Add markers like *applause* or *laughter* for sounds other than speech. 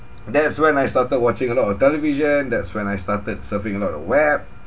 *noise* that's when I started watching a lot of television that's when I started surfing a lot of web